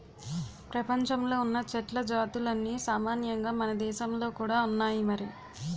ప్రపంచంలో ఉన్న చెట్ల జాతులన్నీ సామాన్యంగా మనదేశంలో కూడా ఉన్నాయి మరి